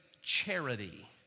charity